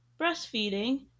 breastfeeding